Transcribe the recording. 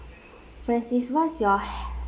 francis what is your